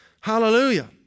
Hallelujah